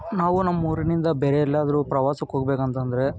ನಾವು ನಮ್ಮೂರಿನಿಂದ ಬೇರೆ ಎಲ್ಲಾದರೂ ಪ್ರವಾಸಕ್ಕೆ ಹೋಗ್ಬೇಕು ಅಂತ ಅಂದ್ರೆ